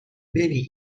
beni